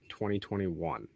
2021